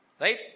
Right